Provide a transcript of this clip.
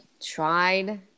tried